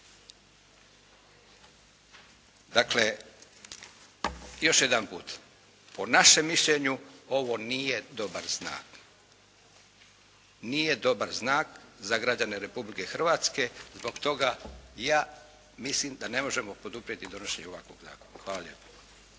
Dakle, još jedanput. Po našem mišljenju ovo nije dobar znak. Nije dobar znak za građane Republike Hrvatske. Zbog toga ja mislim da ne možemo poduprijeti donošenje ovakvog zakona. Hvala lijepa.